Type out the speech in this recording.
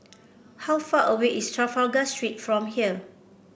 how far away is Trafalgar Street from here